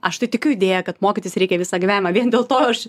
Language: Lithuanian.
aš tai tikiu idėja kad mokytis reikia visą gyvenimą vien dėl to aš